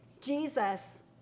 Jesus